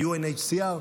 ה-UNHCR,